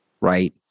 Right